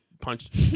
punched